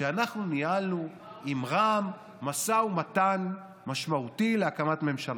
שאנחנו ניהלנו עם רע"מ משא ומתן משמעותי להקמת ממשלה.